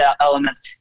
elements